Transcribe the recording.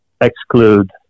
exclude